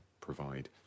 provide